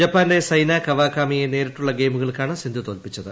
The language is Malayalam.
ജപ്പാന്റെ സെയ്നാ കവാകാമിയെ നേരിട്ടുള്ള ഗയിമുകൾക്കാണ് സിന്ധു തോൽപ്പിച്ചത്